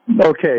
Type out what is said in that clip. Okay